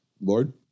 Lord